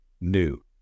new